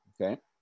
Okay